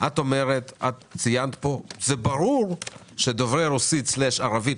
ציינת פה שברור שדוברי רוסית וערבית,